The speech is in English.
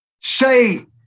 Say